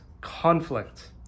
conflict